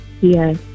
Yes